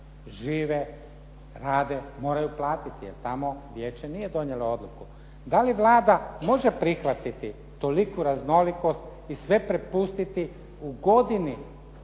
Žive, rade, moraju platiti jer tamo vijeće nije donijelo odluku. Da li Vlada može prihvatiti toliku raznolikost i sve prepustiti u godini